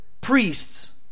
Priests